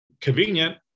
convenient